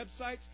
websites